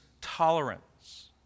tolerance